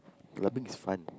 library is fun